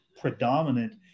predominant